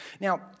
Now